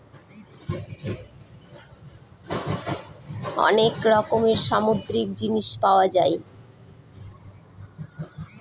অনেক রকমের সামুদ্রিক জিনিস পাওয়া যায়